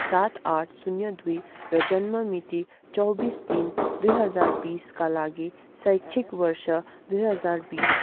सात आठ शून्य दुई र जन्ममिति चौबिस तिन दुई हजार बिसका लागि शैक्षिक वर्ष दुई हजार बिस